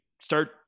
start